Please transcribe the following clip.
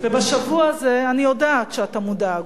ובשבוע הזה אני יודעת שאתה מודאג,